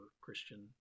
christian